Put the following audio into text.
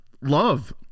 Love